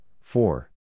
four